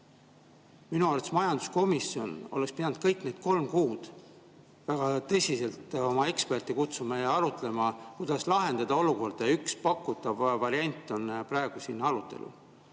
Minu arvates majanduskomisjon oleks pidanud kõik need kolm kuud väga tõsiselt eksperte kutsuma ja arutlema, kuidas olukorda lahendada. Üks pakutav variant on praegu siin arutelul.